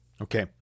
Okay